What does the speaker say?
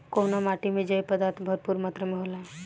कउना माटी मे जैव पदार्थ भरपूर मात्रा में होला?